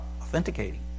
Authenticating